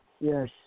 Yes